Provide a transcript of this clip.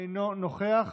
אינו נוכח,